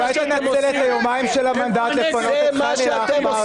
אולי תנצל את היומיים של המנדט לפנות את חאן אל-אחמר.